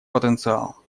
потенциал